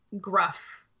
gruff